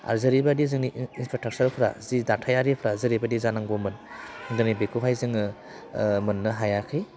आरो जेरैबायदि जोंनि इनफ्रास्ट्राकसारफोरा जि दाथायारिफ्रा जेरैबायदि जानांगौमोन दिनै बेखौहाय जोङो मोननो हायाखै